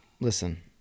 listen